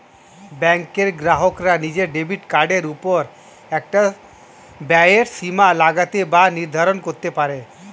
ব্যাঙ্কের গ্রাহকরা নিজের ডেবিট কার্ডের ওপর একটা ব্যয়ের সীমা লাগাতে বা নির্ধারণ করতে পারে